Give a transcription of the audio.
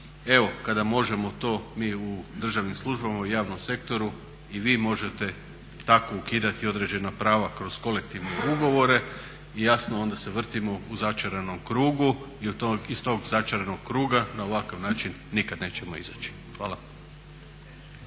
Evo kada možemo to mi u državnim službama i u javnom sektoru i vi možete tako ukidati određena prava kroz kolektivne ugovore i jasno onda se vrtimo u začaranom krugu i iz tog začaranog kruga na ovakav način nikad nećemo izaći. Hvala.